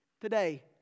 Today